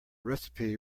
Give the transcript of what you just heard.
recipe